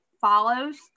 follows